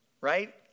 right